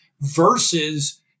versus